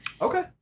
Okay